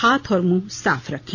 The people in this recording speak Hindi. हाथ और मुंह साफ रखें